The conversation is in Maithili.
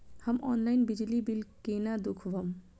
हम ऑनलाईन बिजली बील केना दूखमब?